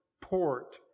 port